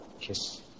kiss